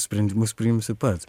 sprendimus priimsi pats